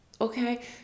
okay